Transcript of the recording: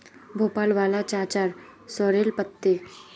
भोपाल वाला चाचार सॉरेल पत्ते